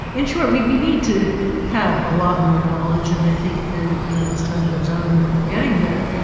in short, we we need to have a lot more knowledge, and i think you know as time goes on, we're we're getting that.